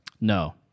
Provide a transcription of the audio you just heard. No